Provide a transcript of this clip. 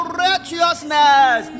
righteousness